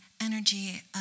energy